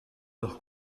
leur